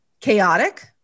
chaotic